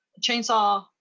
chainsaw